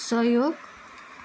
सहयोग